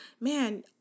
Man